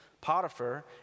Potiphar